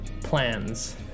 plans